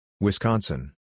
Wisconsin